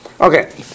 Okay